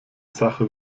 sache